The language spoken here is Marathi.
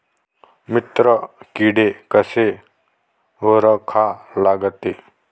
मित्र किडे कशे ओळखा लागते?